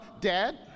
Dad